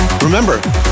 remember